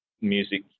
music